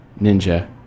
Ninja